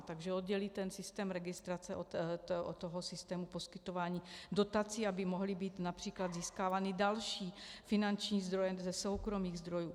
Takže oddělit systém registrace od systému poskytování dotací, aby mohly být například získávány další finanční zdroje ze soukromých zdrojů.